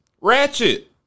Ratchet